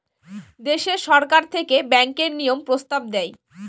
দেশে সরকার থেকে ব্যাঙ্কের নিয়ম প্রস্তাব দেয়